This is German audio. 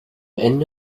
ende